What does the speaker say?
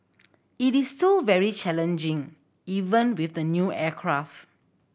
it is still very challenging even with the new aircraft